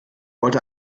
wollte